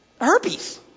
herpes